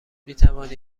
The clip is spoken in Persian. میتوانی